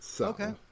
Okay